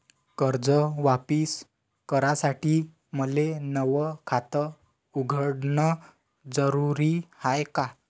कर्ज वापिस करासाठी मले नव खात उघडन जरुरी हाय का?